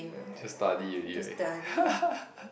just study already right